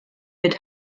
mit